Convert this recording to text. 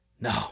No